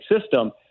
system